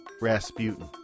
Rasputin